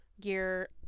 gear